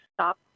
stop